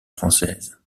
française